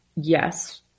Yes